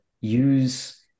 use